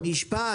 רגע, רגע.